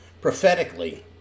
prophetically